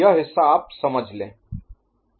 यह हिस्सा आप समझ लें